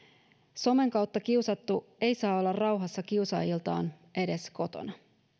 somen kautta kiusattu ei saa olla rauhassa kiusaajiltaan edes kotona